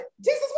Jesus